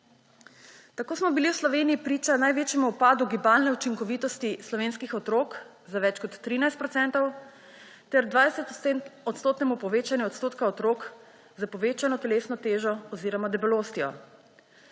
Tako smo bili v Sloveniji priča največjemu upadu gibalne učinkovitosti slovenskih otrok, za več kot 13 %, ter 20-odstotnemu povečanju odstotka otrok s povečano telesno težo oziroma debelostjo.